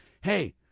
hey